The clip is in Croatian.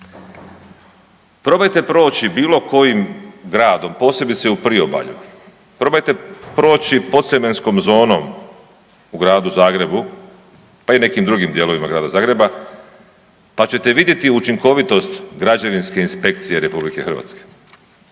Probajte proći bilo kojim gradom, posebice u priobalju, probajte proći podsljemenskom zonom u Gradu Zagrebu, pa i nekim drugim dijelovima Grada Zagreba pa ćete vidjeti učinkovitost građevinske inspekcije RH.